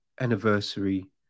anniversary